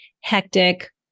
hectic